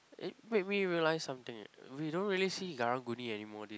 it made me realize something eh we don't really see Karang-Guni anymore these days